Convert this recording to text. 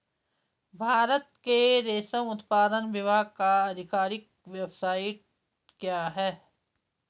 भारत के रेशम उत्पादन विभाग का आधिकारिक वेबसाइट क्या है?